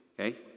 okay